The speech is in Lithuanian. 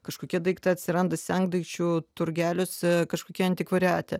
kažkokie daiktai atsiranda sendaikčių turgeliuose kažkokie antikvariate